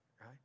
right